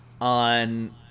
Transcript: on